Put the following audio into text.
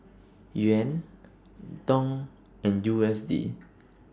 Yuan Dong and U S D